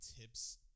tips